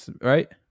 right